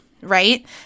Right